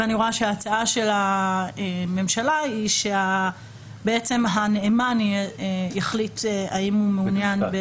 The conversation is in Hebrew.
ואני רואה שההצעה של הממשלה היא שהנאמן יחליט האם הוא מעוניין.